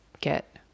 get